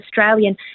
Australian